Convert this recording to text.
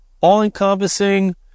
all-encompassing